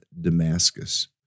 Damascus